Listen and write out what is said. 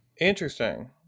Interesting